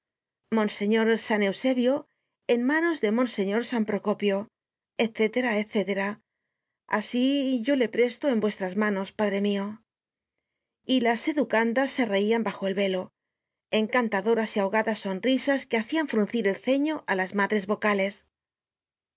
monseñor san eusebio en ma nos de monseñor san procopio etc etc asi yo le presto en vuestras manos padre mio y las educandas se reian bajo el velo encantadoras y ahogadas sonrisas que hacian fruncir el ceño á las madres vocales